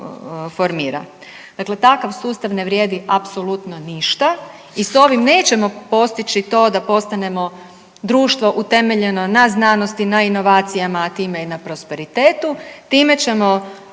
Dakle, takav sustav ne vrijedi apsolutno ništa i s ovim nećemo postići to da postanemo društvo utemeljeno na znanosti, na inovacijama, a time i na prosperitetu.